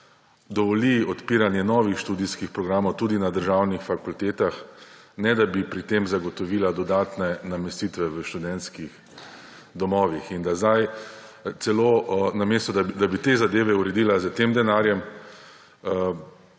dovoli odpiranje novih študijskih programov tudi na državnih fakultetah, ne da bi pri tem zagotovila dodatne namestitve v študentskih domovih. Namesto, da bi te zadeve uredila, s tem denarjem